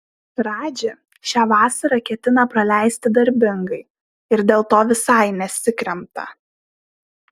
radži šią vasarą ketina praleisti darbingai ir dėl to visai nesikremta